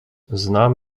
znam